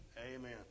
Amen